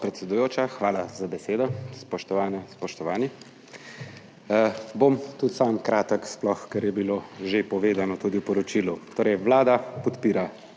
hvala za besedo. Spoštovane, spoštovani. Bom tudi sam kratek, sploh ker je bilo že povedano tudi v poročilu. Vlada podpira